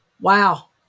Wow